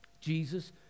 Jesus